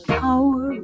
power